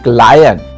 lion